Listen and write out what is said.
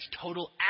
Total